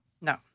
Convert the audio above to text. No